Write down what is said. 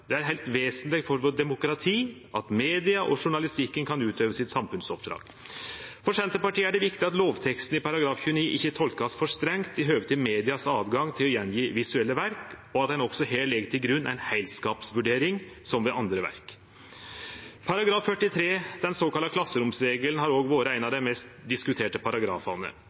Det er heilt vesentleg for vårt demokrati at media og journalistikken kan utøve samfunnsoppdraget sitt. For Senterpartiet er det viktig at lovteksten i § 29 ikkje vert tolka for strengt i høve til moglegheita for media til å gje att visuelle verk, og at ein også her legg til grunn ei heilskapsvurdering, som ved andre verk. Paragraf 43, den såkalla klasseromsregelen, har òg vore ein av dei mest diskuterte paragrafane.